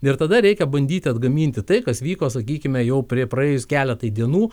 ir tada reikia bandyti atgaminti tai kas vyko sakykime jau prie praėjus keletui dienų